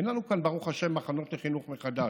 אין לנו כאן ברוך השם מחנות לחינוך מחדש.